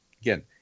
again